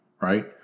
right